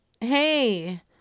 Hey